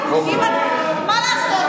מה לעשות?